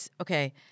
okay